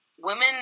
Women